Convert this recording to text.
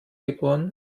geboren